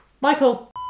Michael